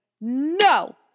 no